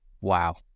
Wow